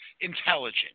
intelligent